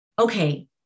okay